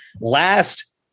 Last